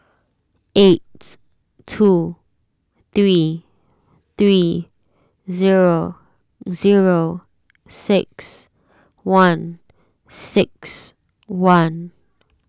eight two three three zero zero six one six one